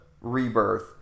rebirth